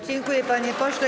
Dziękuję, panie pośle.